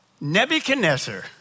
Nebuchadnezzar